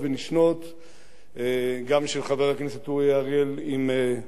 גם של חבר הכנסת אורי אריאל עם חבר הכנסת זבולון אורלב